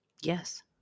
Yes